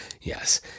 Yes